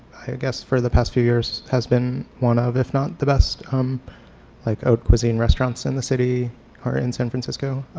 guess for the past few years has been one of if not the best like haute cuisine restaurants in the city or in san francisco.